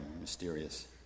mysterious